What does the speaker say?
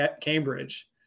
Cambridge